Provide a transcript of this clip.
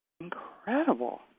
incredible